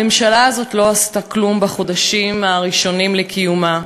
הממשלה הזאת לא עשתה כלום בחודשים הראשונים לקיומה.